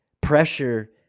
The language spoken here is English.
pressure